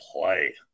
play